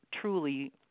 truly